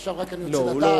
ועכשיו אני רק רוצה לדעת.